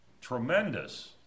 Tremendous